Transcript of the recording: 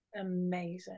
Amazing